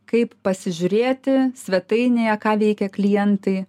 kaip pasižiūrėti svetainėje ką veikia klientai